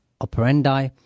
operandi